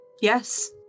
Yes